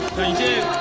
thank you